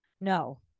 no